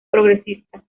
progresista